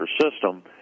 system